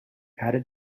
added